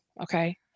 okay